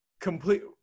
complete